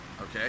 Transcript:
okay